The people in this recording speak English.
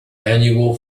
annual